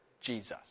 Jesus